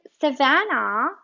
Savannah